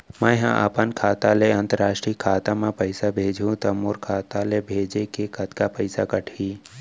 मै ह अपन खाता ले, अंतरराष्ट्रीय खाता मा पइसा भेजहु त मोर खाता ले, भेजे के कतका पइसा कटही?